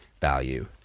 value